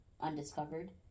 undiscovered